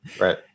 Right